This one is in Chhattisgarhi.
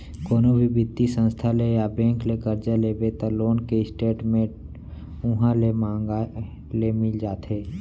कोनो भी बित्तीय संस्था ले या बेंक ले करजा लेबे त लोन के स्टेट मेंट उहॉं ले मांगे ले मिल जाथे